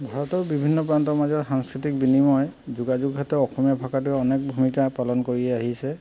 ভাৰতৰ বিভিন্ন প্ৰান্তৰ মাজৰ সাংস্কৃতিক বিনিময় যোগাযোগ ক্ষেত্ৰ অসমীয়া ভাষাটোৱে অনেক ভূমিকা পালন কৰি আহিছে